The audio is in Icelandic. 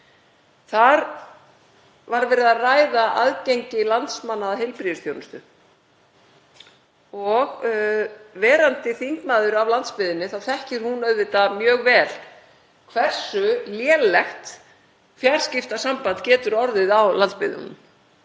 Þar var verið að ræða aðgengi landsmanna að heilbrigðisþjónustu. Verandi þingmaður af landsbyggðinni þá þekkir hún auðvitað mjög vel hversu lélegt fjarskiptasamband getur orðið á landsbyggðinni.